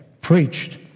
preached